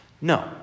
No